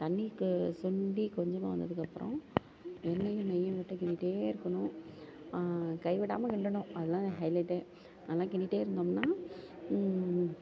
தண்ணி இப்போ சுண்டி கொஞ்சமாக வந்ததுக்கு அப்பறம் எண்ணெயும் நெய்யும் போட்டு கிண்டிகிட்டே இருக்கணும் கை விடாமல் கிண்டணும் அதுதான் ஹைலைட்டே நல்லா கிண்டிகிட்டே இருந்தோம்னா